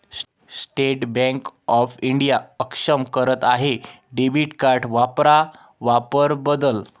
state Bank of India अक्षम करत आहे डेबिट कार्ड वापरा वापर बदल